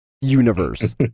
universe